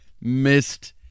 missed